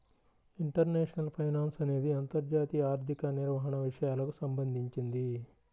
international finance అనేది అంతర్జాతీయ ఆర్థిక నిర్వహణ విషయాలకు సంబంధించింది